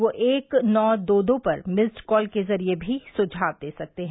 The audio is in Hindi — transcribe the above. वे एक नौ दो दो पर मिस्ड कॉल के जरिए भी सुझाव दे सकते हैं